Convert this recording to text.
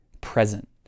present